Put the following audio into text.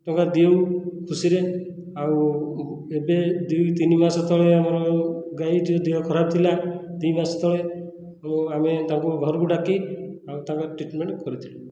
ଟଙ୍କା ଦେଉ ଖୁସିରେ ଆଉ ଏବେ ଦୁଇ ତିନି ମାସ ତଳେ ଆମର ଗାଈ ଯେଉଁ ଦେହ ଖରାପ ଥିଲା ଦୁଇ ମାସ ତଳେ ତେଣୁ ଆମେ ତାଙ୍କୁ ଘରକୁ ଡାକି ଆଉ ତାଙ୍କ ଟ୍ରିଟ୍ମେଣ୍ଟ୍ କରିଥିଲୁ